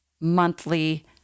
monthly